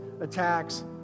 attacks